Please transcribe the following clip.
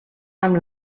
amb